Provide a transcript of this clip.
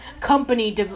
company